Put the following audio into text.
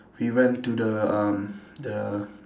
we went to the uh the